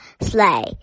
sleigh